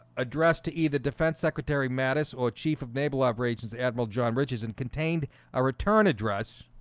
addressed to e the defense secretary mattis or chief of naval operations admiral john rich's and contained a return address